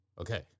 Okay